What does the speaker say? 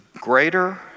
greater